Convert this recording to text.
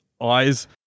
eyes